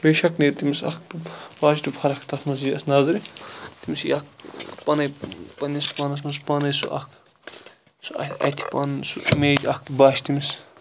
بیشَک نیرِ تمِس اکھ پازٹِو فَرَق تتھ مَنٛز یِیَس نَظرٕ تمس یِیہِ اکھ پانے پَننِس پانَس مَنٛز پانے سُہ اکھ سُہ اَتھِ پَنُن سُہ اِمیج اَکھ باسہِ تمس